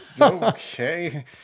okay